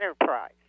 enterprise